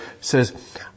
says